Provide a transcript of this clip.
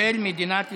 של מדינת ישראל.